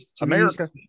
america